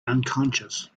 unconscious